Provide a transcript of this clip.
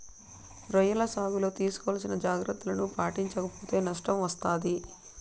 రొయ్యల సాగులో తీసుకోవాల్సిన జాగ్రత్తలను పాటించక పోతే నష్టం వస్తాది